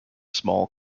small